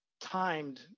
timed